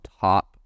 top